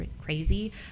crazy